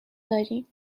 داریم